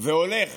והולך